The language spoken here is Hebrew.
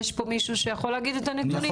יש פה מישהו שיכול להגיד את הנתונים ?